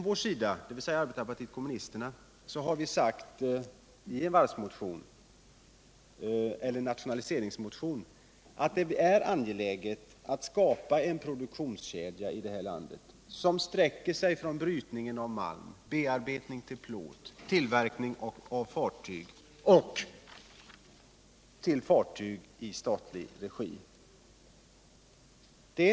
Vi i arbetarpartiet kommunisterna har i vår nationaliseringsmotion sagt att det är angeläget att skapa en produktionskedja i det här landet som sträcker sig från brytning av malm, bearbetning av plåt, tillverkning av fartyg och till rederier i statlig regi.